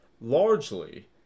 largely